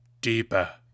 deeper